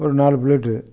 ஒரு நாலு ப்ளேட்டு